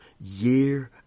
year